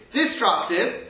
destructive